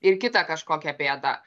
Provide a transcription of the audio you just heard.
ir kitą kažkokią bėdą